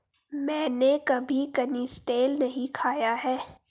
मैंने कभी कनिस्टेल नहीं खाया है